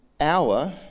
hour